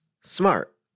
SMART